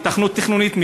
היתכנות תכנונית,